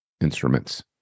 instruments